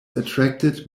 attracted